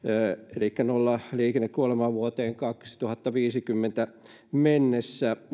elikkä nolla liikennekuolemaa vuoteen kaksituhattaviisikymmentä mennessä